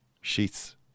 sheets